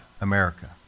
America